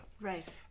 Right